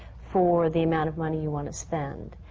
for the amount of money you want to spend.